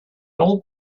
old